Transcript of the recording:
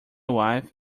wife